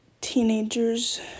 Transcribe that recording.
teenagers